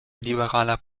liberaler